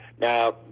Now